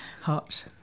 Hot